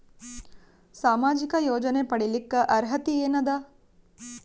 ಸಾಮಾಜಿಕ ಯೋಜನೆ ಪಡಿಲಿಕ್ಕ ಅರ್ಹತಿ ಎನದ?